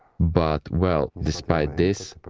but well, despite this,